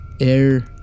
air